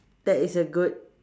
that is a good